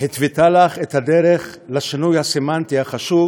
התוותה לך את הדרך לשינוי הסמנטי החשוב,